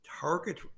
target